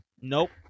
Nope